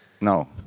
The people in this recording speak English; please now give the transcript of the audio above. No